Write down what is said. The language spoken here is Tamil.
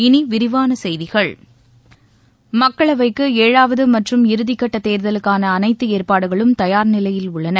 இனி விரிவான செய்திகள் மக்களவைக்கு ஏழாவது மற்றும் இறுதிக்கட்ட தேர்தலுக்கான அனைத்து ஏற்பாடுகளும் நிலையில் உள்ளன